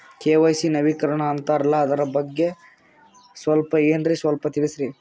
KYC ನವೀಕರಣ ಅಂತಾರಲ್ಲ ಅದರ ಅರ್ಥ ಏನ್ರಿ ಸ್ವಲ್ಪ ತಿಳಸಿ?